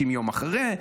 60 יום אחרי,